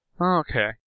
Okay